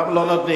למה לא נותנים?